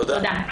תודה.